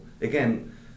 Again